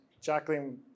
Jacqueline